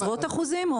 עשרות אחוזים?